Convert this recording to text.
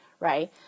Right